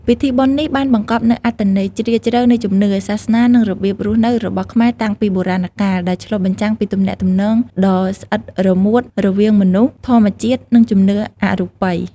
ពិធីបុណ្យនេះបានបង្កប់នូវអត្ថន័យជ្រាលជ្រៅនៃជំនឿ សាសនា និងរបៀបរស់នៅរបស់ខ្មែរតាំងពីបុរាណកាល ដែលឆ្លុះបញ្ចាំងពីទំនាក់ទំនងដ៏ស្អិតរមួតរវាងមនុស្ស ធម្មជាតិ និងជំនឿអរូបិយ។